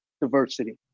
diversity